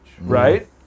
right